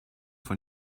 von